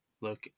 look